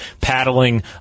paddling